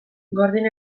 gordin